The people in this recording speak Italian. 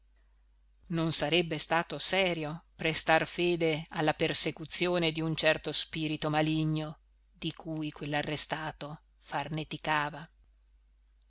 non sarebbe stato serio prestar fede alla persecuzione di un certo spirito maligno di cui quell'arrestato farneticava